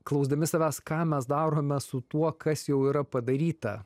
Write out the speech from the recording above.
klausdami savęs ką mes darome su tuo kas jau yra padaryta